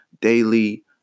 daily